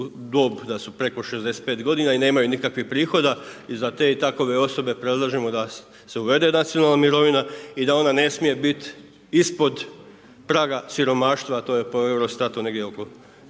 dob da su preko 65 godina i nemaju nikakvih prihoda i za te i takove osobe predlažemo da se uvede nacionalna mirovina i da ona ne smije biti ispod praga siromaštva, a to je po EUROSTAT-u negdje oko